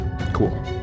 Cool